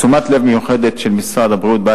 תשומת הלב המיוחדת של משרד הבריאות באה